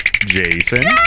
Jason